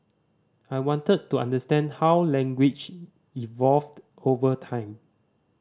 I wanted to understand how language evolved over time